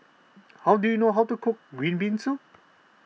how do you know how to cook Green Bean Soup